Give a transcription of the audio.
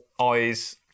eyes